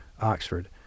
Oxford